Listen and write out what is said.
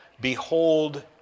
Behold